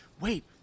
wait